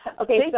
Okay